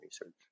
research